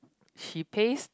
she pays